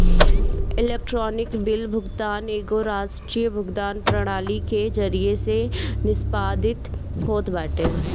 electronic bill भुगतान एगो राष्ट्रीय भुगतान प्रणाली के जरिया से निष्पादित होत बाटे